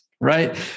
right